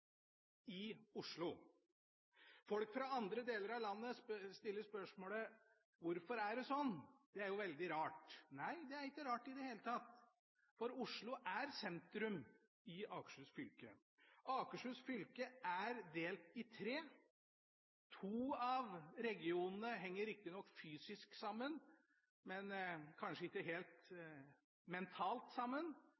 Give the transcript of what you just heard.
i Oslo. Folk fra andre deler av landet stiller spørsmålet: Hvorfor er det sånn? Det er veldig rart. Nei, det er ikke rart i det hele tatt, for Oslo er sentrum i Akershus fylke. Akershus fylke er delt i tre. To av regionene henger riktignok fysisk sammen, kanskje ikke helt